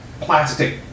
plastic